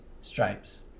Stripes